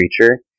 creature